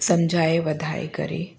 सम्झाए वधाए करे